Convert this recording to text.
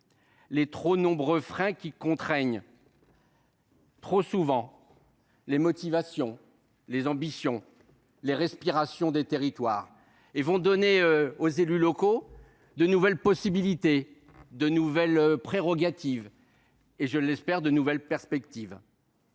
les trop nombreux freins qui contraignent trop souvent les motivations, les ambitions et les respirations des territoires. Il s’agit de donner aux élus locaux de nouvelles possibilités, de nouvelles prérogatives et, je l’espère, de nouvelles perspectives,